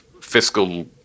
fiscal